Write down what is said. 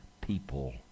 people